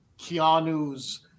Keanu's